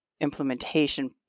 implementation